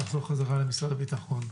אנחנו נחזור חזרה למשרד שהביטחון.